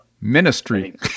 Ministry